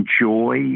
enjoy